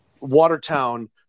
Watertown